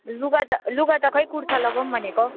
लुगा त लुगा त खोइ कुर्ता लगाऊँ भनेको